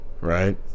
Right